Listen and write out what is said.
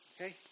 okay